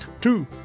two